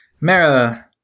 Mara